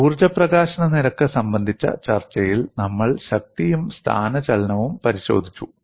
ഊർജ്ജ പ്രകാശന നിരക്ക് സംബന്ധിച്ച ചർച്ചയിൽ നമ്മൾ ശക്തിയും സ്ഥാനചലനവും പരിശോധിച്ചു